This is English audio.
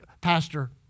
Pastor